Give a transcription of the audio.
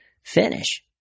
finish